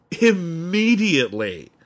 immediately